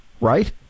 right